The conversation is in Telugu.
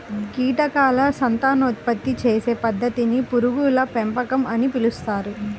కీటకాల సంతానోత్పత్తి చేసే పద్ధతిని పురుగుల పెంపకం అని పిలుస్తారు